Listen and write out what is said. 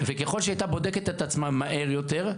וככל שהיא הייתה בודקת את עצמה מהר יותר,